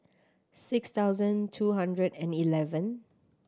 six thousand two hundred and eleven